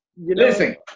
Listen